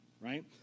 right